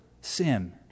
sin